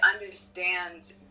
understand